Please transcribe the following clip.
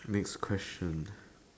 next question